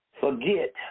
forget